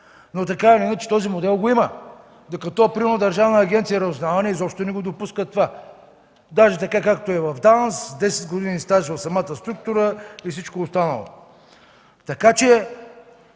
Но така или иначе този модел го има. Докато, примерно Държавна агенция „Разузнаване” изобщо не допуска това. Даже така, както е в ДАНС – десет години стаж в самата структура и всичко останало. Ако